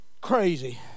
crazy